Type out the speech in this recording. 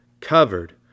covered